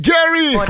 Gary